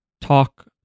talk